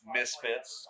Misfits